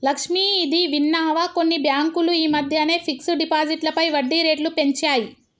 లక్ష్మి, ఇది విన్నావా కొన్ని బ్యాంకులు ఈ మధ్యన ఫిక్స్డ్ డిపాజిట్లపై వడ్డీ రేట్లు పెంచాయి